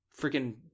freaking